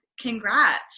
congrats